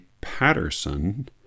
Patterson